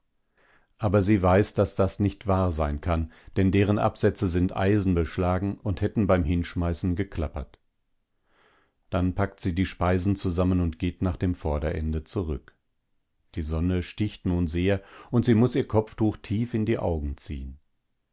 aber sie weiß das das nicht wahr sein kann denn deren absätze sind eisenbeschlagen und hätten beim hinschmeißen geklappert dann packt sie die speisen zusammen und geht nach dem vorderende zurück die sonne sticht nun sehr und sie muß ihr kopftuch tief in die augen ziehen